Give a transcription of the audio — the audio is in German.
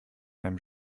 einem